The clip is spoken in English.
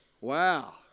Wow